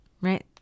right